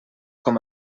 com